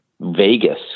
Vegas